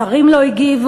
השרים לא הגיבו.